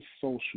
social